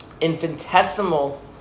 infinitesimal